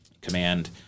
command